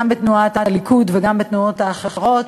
גם בתנועת הליכוד וגם בתנועות האחרות,